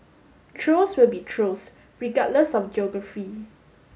trolls will be trolls regardless of geography